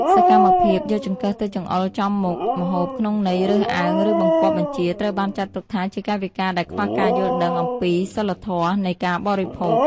សកម្មភាពយកចង្កឹះទៅចង្អុលចំមុខម្ហូបក្នុងន័យរើសអើងឬបង្គាប់បញ្ជាត្រូវបានចាត់ទុកថាជាកាយវិការដែលខ្វះការយល់ដឹងអំពីសីលធម៌នៃការបរិភោគ។